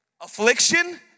Affliction